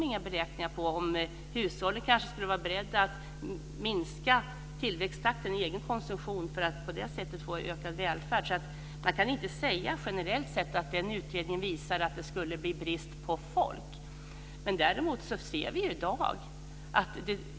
Inga beräkningar gjordes vad gäller hushållens eventuella beredskap att minska tillväxttakten i egen konsumtion för att på det sättet åstadkomma en ökad välfärd. Således kan man inte generellt säga att utredningen visar att det skulle bli brist på folk.